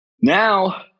Now